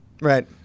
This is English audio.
Right